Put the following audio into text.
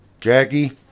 Jackie